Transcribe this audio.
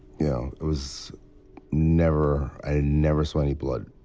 you know, it was never. i never saw any blood.